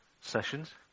sessions